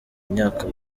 myaka